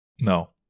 No